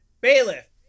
Bailiff